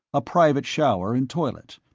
a private shower and toilet,